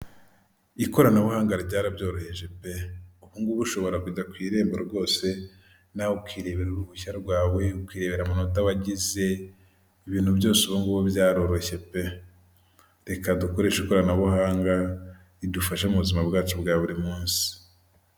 Ikoranabuhanga ryarabyoroheje pe ubungubu ushobora kujya ku irembo rwose nawe ukirebera uruhushya rwawe, ukirebera amanota wagize, ibintu byose ubungubu byaroroshye pe. Reka dukoreshe ikoranabuhanga ridufashe mu buzima bwacu bwa buri munsi.